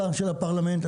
הפרלמנטרי,